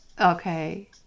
Okay